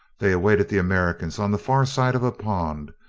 they awaited the americans on the far side of a pond,